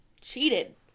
cheated